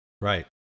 right